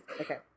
Okay